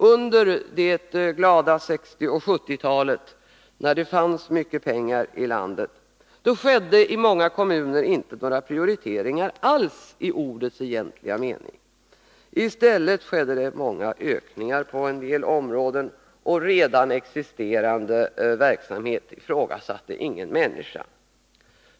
Under de glada 1960 och 1970-talen, när det fanns mycket pengar i landet, skedde i många kommuner inte några prioriteringar alls i ordets egentliga mening. I stället skedde det många ökningar på en del områden, och redan existerande verksamhet ifrågasatte ingen människa.